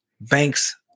banks